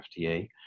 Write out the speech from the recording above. FDA